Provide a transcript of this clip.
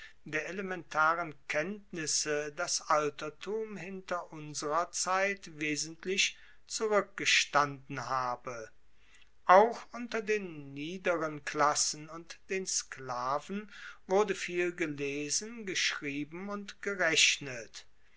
der elementaren kenntnisse das altertum hinter unserer zeit wesentlich zurueckgestanden habe auch unter den niederen klassen und den sklaven wurde viel gelesen geschrieben und gerechnet